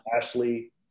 Ashley